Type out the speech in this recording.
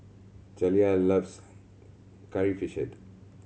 Jaliyah loves Curry Fish Head